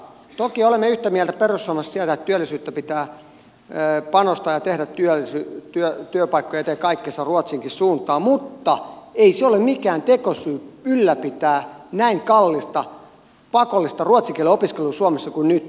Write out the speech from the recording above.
toki olemme yhtä mieltä perussuomalaisissa siitä että työllisyyteen pitää panostaa ja tehdä työpaikkojen eteen kaikkensa ruotsinkin suuntaan mutta ei se ole mikään tekosyy ylläpitää näin kallista pakollista ruotsin kielen opiskelua suomessa kuin nyt